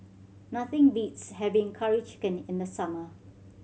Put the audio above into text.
nothing beats having Curry Chicken in the summer